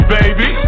baby